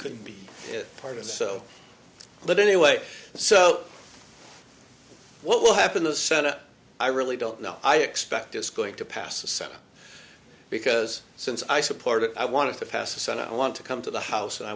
could be part of so but anyway so what will happen the senate i really don't know i expect it's going to pass the senate because since i support it i want to pass the senate i want to come to the house and i